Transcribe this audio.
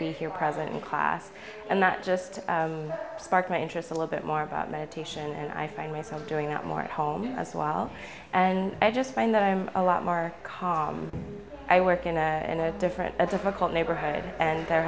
be here present in class and that just sparked my interest a little bit more about meditation and i find ways of doing that more at home as well and i just find that i'm a lot more calm i work in a in a different a difficult neighborhood and there